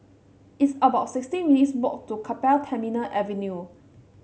it's about sixty minutes walk to Keppel Terminal Avenue